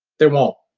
there won't.